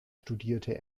studierte